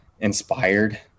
inspired